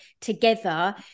together